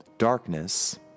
darkness